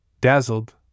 Dazzled